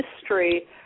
history